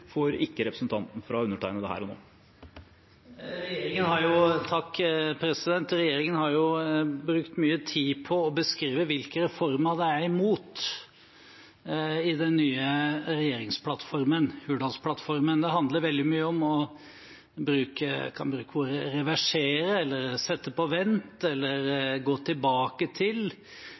får ikke representanten fra undertegnede her og nå. Regjeringen har brukt mye tid i den nye regjeringsplattformen, Hurdalsplattformen, på å beskrive hvilke reformer de er imot. Det handler veldig mye om – jeg kan bruke ordene å reversere, sette på vent eller gå tilbake til.